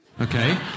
Okay